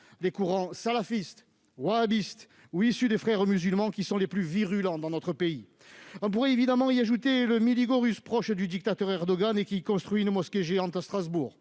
les courants salafistes, wahhabites ou issus des Frères musulmans, qui sont les plus virulents dans notre pays. On pourrait évidemment y ajouter l'association Millî Görüs, proche du dictateur Erdogan, qui fait construire une mosquée géante à Strasbourg,